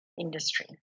industry